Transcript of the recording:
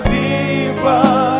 deeper